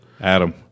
Adam